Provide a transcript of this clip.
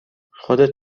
خودت